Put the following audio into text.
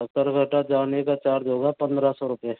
सकरगता जाने का चार्ज होगा पंद्रह सौ रुपए